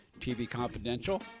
tvconfidential